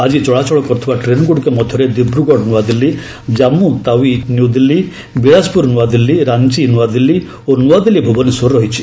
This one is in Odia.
ଆଜି ଚଳାଚଳ କରୁଥିବା ଟ୍ରେନ୍ଗୁଡ଼ିକ ମଧ୍ୟରେ ଦିବ୍ରୁଗଡ଼ ନୂଆଦିଲ୍ଲୀ ଜାମ୍ମୁତାୱି ନୂଆଦିଲ୍ଲୀ ବିଳାଶପୁର ନୂଆଦିଲ୍ଲୀ ରାଞ୍ଚି ନ୍ତଆଦିଲ୍ଲୀ ଓ ନ୍ତଆଦିଲ୍ଲୀ ଭୁବନେଶ୍ୱର ରହିଛି